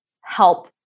help